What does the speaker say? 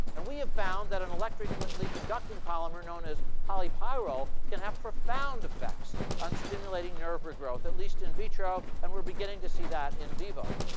and we have found that an electrically conducting polymer known as polypyrrole can have profound effects on stimulating nerve regrowth, at least in vitro. and we're beginning to see that in vivo.